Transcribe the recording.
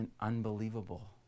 unbelievable